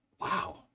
wow